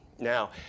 Now